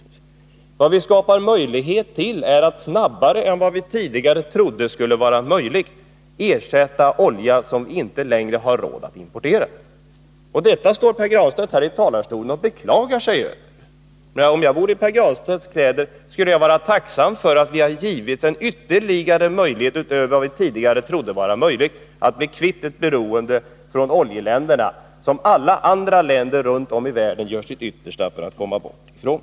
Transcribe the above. I stället skapar vi möjlighet att snabbare ersätta den olja som vi inte längre har råd att importera än vad vi tidigare trodde skulle vara. Och detta står Pär Granstedt här i talarstolen och beklagar sig över! Om jag vore i Pär Granstedts kläder skulle jag vara tacksam för att vi har givits en ytterligare möjlighet — utöver vad vi tidigare trodde att vi skulle få — att bli kvitt ett beroende av oljeländerna som alla andra länder runt om i världen gör sitt yttersta att komma bort ifrån.